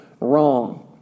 wrong